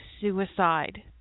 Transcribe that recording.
suicide